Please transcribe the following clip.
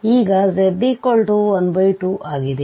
ಈಗ z12 ಆಗಿದೆ